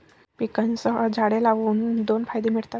पिकांसह झाडे लावून दोन फायदे मिळतात